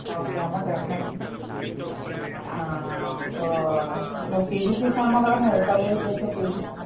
okay అమ్మ definitely so నువ్వు PG చేసాను అన్నావు కదమ్మ ఏ కాలేజీ చేశావు పీజీ